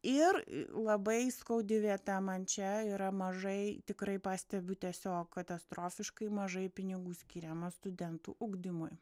ir labai skaudi vieta man čia yra mažai tikrai pastebiu tiesiog katastrofiškai mažai pinigų skiriama studentų ugdymui